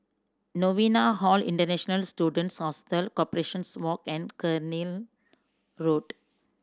Novena Hall International Students Hostel Corporations Walk and Cairnhill Road